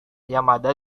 yamada